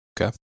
Okay